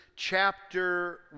Chapter